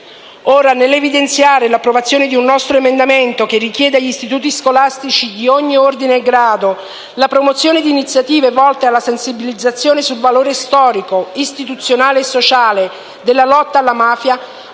Ora, nell'evidenziare l'approvazione di un nostro emendamento che richiede agli istituti scolatici di ogni ordine e grado la promozione di iniziative volte alla sensibilizzazione sul valore storico, istituzionale e sociale della lotta alla mafia,